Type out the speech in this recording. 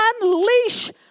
unleash